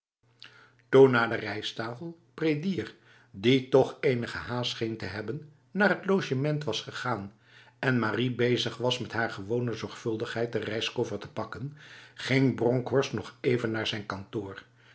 na de rijsttafel prédier die toch enige haast scheen te hebben naar zijn logement was gegaan en marie bezig was met hare gewone zorgvuldigheid de reiskoffer te pakken ging bronkhorst nog even naar zijn kantoor